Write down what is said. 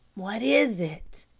what is it?